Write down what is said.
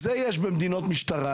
זה יש במדינות משטרה,